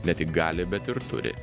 ne tik gali bet ir turi